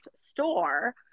store